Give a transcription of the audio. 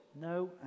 No